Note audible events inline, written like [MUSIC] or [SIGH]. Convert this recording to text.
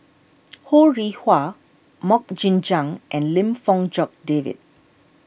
[NOISE] Ho Rih Hwa Mok Jing Jang and Lim Fong Jock David